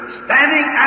standing